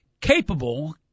capable